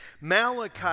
Malachi